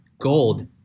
gold